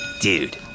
Dude